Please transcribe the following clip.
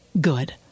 good